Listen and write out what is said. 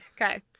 Okay